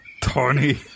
Tony